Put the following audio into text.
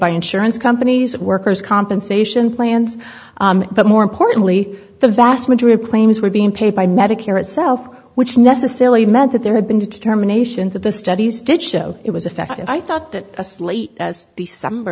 by insurance companies workers compensation plans but more importantly the vast majority planes were being paid by medicare itself which necessarily meant that there had been determination that the studies did show it was effective i thought that a slate as the summer